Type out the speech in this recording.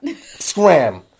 Scram